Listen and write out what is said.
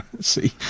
see